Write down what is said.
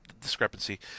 discrepancy